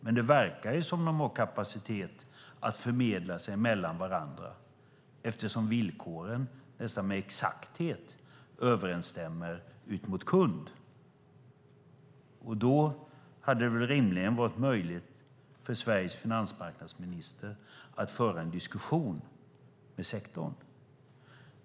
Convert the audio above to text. Men det verkar som om de har kapacitet att förmedla sig mellan varandra, eftersom villkoren nästan med exakthet överensstämmer ut mot kund. Då hade det väl rimligen varit möjligt för Sveriges finansmarknadsminister att föra en diskussion med sektorn.